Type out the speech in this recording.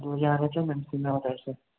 ꯌꯥꯔꯗ꯭ꯔ ꯃꯦꯝ ꯁꯤꯅ ꯑꯣꯔꯗꯔꯁꯦ